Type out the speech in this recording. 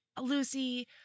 Lucy